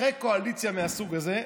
אחרי קואליציה מהסוג הזה,